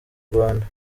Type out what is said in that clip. rwanda